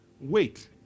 Wait